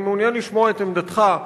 אני מעוניין לשמוע את עמדתך.